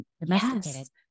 domesticated